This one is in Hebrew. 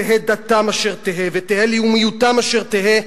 תהא דתם אשר תהא ותהא לאומיותם אשר תהא,